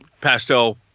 pastel